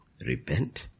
Repent